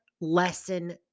lesson